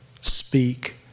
speak